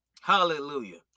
hallelujah